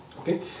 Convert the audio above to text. Okay